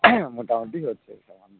হ্যাঁ মোটামুটি হচ্ছে তেমন নয়